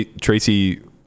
Tracy